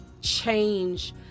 change